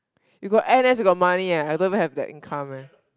you got N_S you got money eh I don't even have that income eh